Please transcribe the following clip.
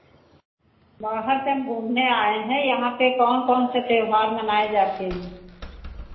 बाहर से हम घूमने आए हैं यहाँ पे कौन कौन से त्योहार मनाए जाते हैं